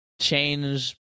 change